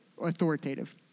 authoritative